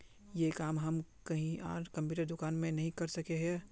ये काम हम कहीं आर कंप्यूटर दुकान में नहीं कर सके हीये?